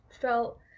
felt